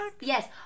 Yes